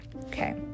Okay